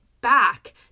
back